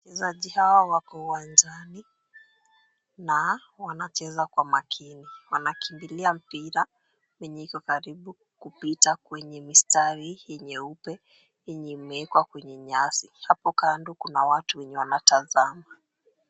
Wachezaji hawa wako uwanjani na wanacheza kwa makini. Wanakimbilia mpira yenye iko karibu kupita kwenye mistari ya nyeupe yenye imewekwa kwenye nyasi. Hapo kando kuna watu wenye wanatazama.